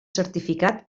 certificat